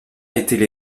étaient